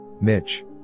Mitch